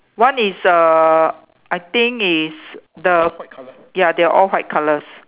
one is uh I think is the ya they all white colours